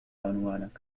عنوانك